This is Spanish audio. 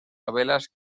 novelas